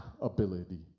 ability